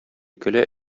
көлә